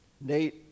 Nate